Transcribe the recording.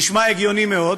נשמע הגיוני מאוד,